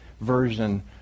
version